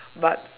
but